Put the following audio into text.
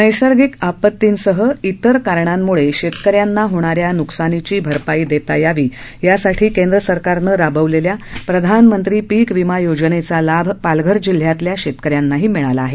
नैसर्गिक आपतींसह इतर कारणांमुळे शेतकऱ्यांना होणाऱ्या न्कसानीची भरपाई देता यावी यासाठी केंद्र सरकारनं राबवलेल्या प्रधानमंत्री पीक विमा योजनेचा लाभ पालघर जिल्ह्यातल्या शेतकऱ्यांनाही मिळाला आहे